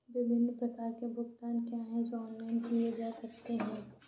विभिन्न प्रकार के भुगतान क्या हैं जो ऑनलाइन किए जा सकते हैं?